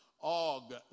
Og